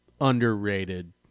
underrated